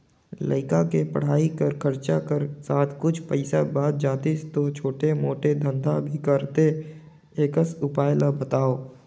लइका के पढ़ाई कर खरचा कर साथ कुछ पईसा बाच जातिस तो छोटे मोटे धंधा भी करते एकस उपाय ला बताव?